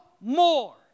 more